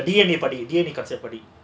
படி:padi